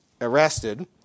arrested